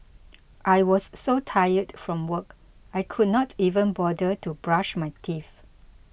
I was so tired from work I could not even bother to brush my teeth